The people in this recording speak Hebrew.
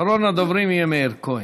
אחרון הדוברים יהיה מאיר כהן.